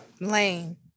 Lane